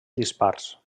dispars